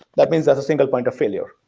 that means there's a single point of failure?